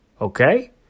Okay